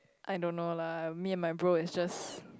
I don't know lah me and my bro is just